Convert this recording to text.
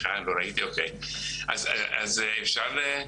גם אם כמו שאמר מישהו פה אם יש שלוש מתוך עשר,